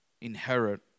inherit